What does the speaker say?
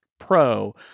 Pro